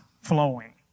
flowing